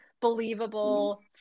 believable